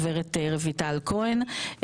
רויטל כהן,